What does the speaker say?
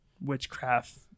witchcraft